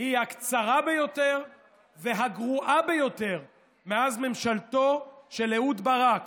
היא הקצרה ביותר והגרועה ביותר מאז ממשלתו של אהוד ברק